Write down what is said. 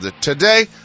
today